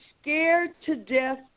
scared-to-death